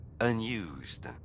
unused